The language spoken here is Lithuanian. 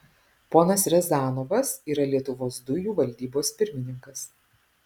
ponas riazanovas yra lietuvos dujų valdybos pirmininkas